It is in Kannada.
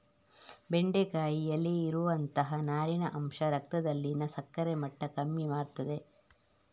ಬೆಂಡೆಕಾಯಿಯಲ್ಲಿ ಇರುವಂತಹ ನಾರಿನ ಅಂಶ ರಕ್ತದಲ್ಲಿನ ಸಕ್ಕರೆ ಮಟ್ಟ ಕಮ್ಮಿ ಮಾಡ್ತದೆ